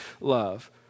love